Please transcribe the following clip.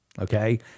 Okay